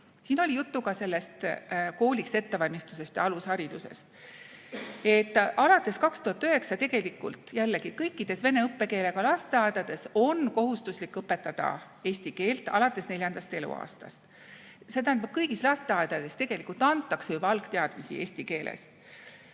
Siin oli juttu ka kooliks ettevalmistusest ja alusharidusest. Alates 2009 tegelikult jällegi kõikides vene õppekeelega lasteaedades on kohustuslik õpetada eesti keelt alates neljandast eluaastast. See tähendab, et kõigis lasteaedades tegelikult antakse juba algteadmisi eesti keeles.